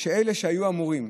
שאלה שהיו אמורים,